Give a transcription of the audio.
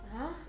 !huh!